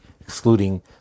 excluding